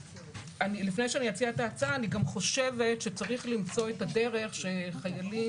לפני שאציע את ההצעה אני גם חושבת שצריך למצוא את הדרך שחיילים